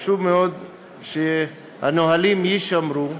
חשוב מאוד, שהנהלים יישמרו.